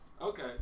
Okay